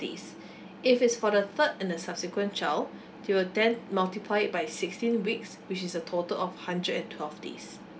days if it's for the third and the subsequent child they will then multiply it by sixteen weeks which is a total of hundred and twelve days